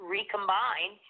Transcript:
Recombine